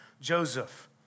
Joseph